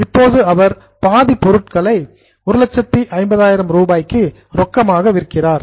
இப்போது அவர் பாதி பொருட்களை 150000 ரூபாய்க்கு ரொக்கமாக விற்கிறார்